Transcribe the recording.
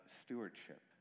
stewardship